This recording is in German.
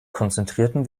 konzentrierten